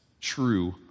true